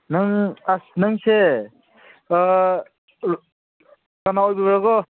ꯅꯪ ꯑꯁ ꯅꯪꯁꯦ ꯀꯅꯥ ꯑꯣꯏꯕꯅꯣꯀꯣ